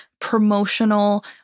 promotional